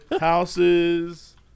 Houses